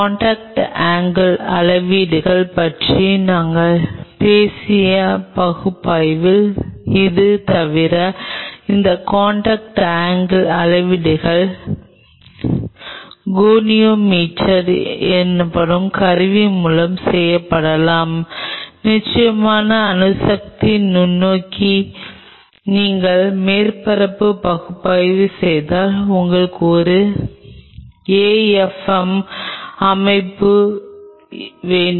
contact angle அளவீடுகள் பற்றி நாங்கள் பேசிய பகுப்பாய்வில் இது தவிர இந்த காண்டாக்ட் ஆங்கில் அளவீடுகள் கோனியோமீட்டர் எனப்படும் கருவி மூலம் செய்யப்படலாம் நிச்சயமாக அணுசக்தி நுண்ணோக்கி நீங்கள் மேற்பரப்பு பகுப்பாய்வு செய்தால் உங்களுக்கு ஒரு ஏபிஎம் அமைக்க வேண்டும்